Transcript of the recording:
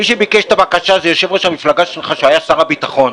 מי שביקש את הבקשה הזו הוא יושב-ראש המפלגה שלך כשהיה שר הביטחון.